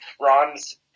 Ron's